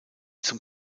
zum